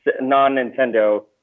non-Nintendo